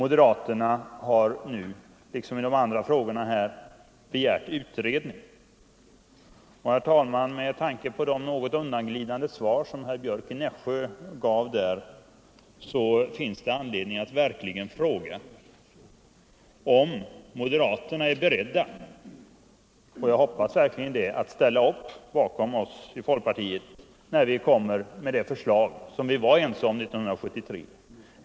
Moderaterna har nu liksom i de andra frågorna begärt en utredning, och med tanke på de något undanglidande svar som herr Björck i Nässjö gav finns det anledning fråga om moderaterna, som jag hoppas, är beredda att ställa upp bakom oss i folkpartiet när vi lägger fram ett förslag som vi var ense om 1973.